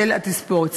של התספורת.